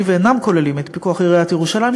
ואינם כוללים את פיקוח עיריית ירושלים,